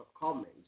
comments